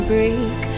Break